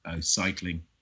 cycling